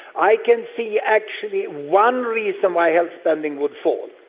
i can see actually one reason why health spending would fall,